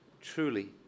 truly